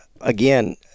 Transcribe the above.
again